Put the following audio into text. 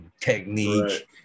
technique